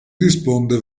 risponde